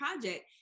project